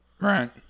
Right